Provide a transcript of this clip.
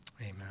Amen